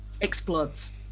explodes